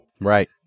Right